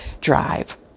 drive